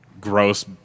gross